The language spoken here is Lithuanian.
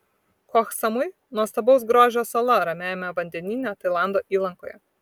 koh samui nuostabaus grožio sala ramiajame vandenyne tailando įlankoje